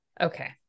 okay